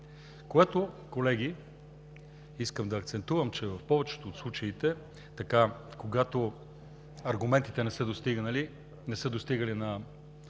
орган. Колеги, искам да акцентирам, че в повечето от случаите, когато аргументите не са достигали до